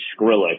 Skrillex